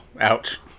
Ouch